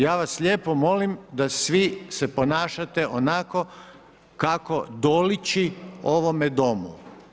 Ja vas lijepo molim da svi se ponašate onako kako doliči ovome Domu.